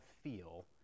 feel